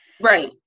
right